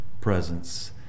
presence